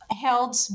held